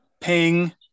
ping